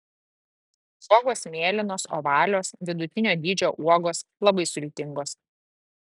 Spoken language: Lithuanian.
uogos mėlynos ovalios vidutinio dydžio uogos labai sultingos